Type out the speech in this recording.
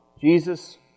Jesus